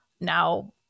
Now